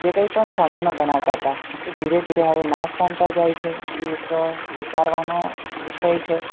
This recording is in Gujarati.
જે કંઈપણ સાધનો બનાવતા હતા એ ધીરે ધીરે હવે નાશ પામતા જાય છે એ એક વિચારવાનો વિષય છે